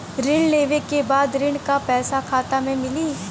ऋण लेवे के बाद ऋण का पैसा खाता में मिली?